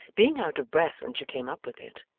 being out of breath when she came up with it,